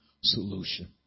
solution